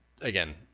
again